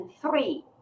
three